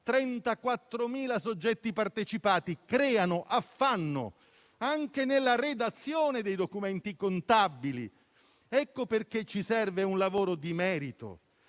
34.000 soggetti partecipati creano affanno anche nella redazione dei documenti contabili. È per questo che ci serve un lavoro di merito